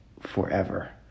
forever